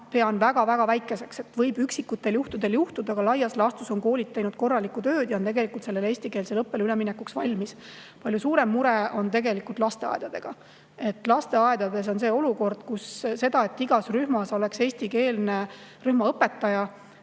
pean väga väikeseks. See võib üksikutel juhtudel juhtuda, aga laias laastus on koolid teinud korralikku tööd ja on tegelikult eestikeelsele õppele üleminekuks valmis. Palju suurem mure on tegelikult lasteaedadega. Lasteaedades on see olukord, kus seda, et igas rühmas oleks eestikeelne rühmaõpetaja,